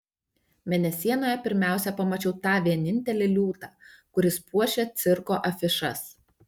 mėnesienoje pirmiausia pamačiau tą vienintelį liūtą kuris puošia cirko afišas